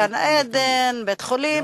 גן-עדן, בית-חולים.